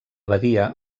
badia